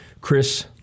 Chris